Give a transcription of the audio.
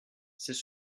c’est